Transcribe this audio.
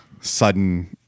sudden